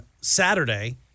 Saturday